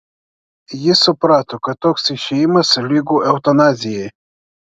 jis suprato kad toks išėjimas lygu eutanazijai